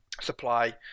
supply